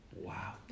Wow